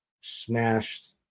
smashed